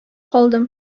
калдым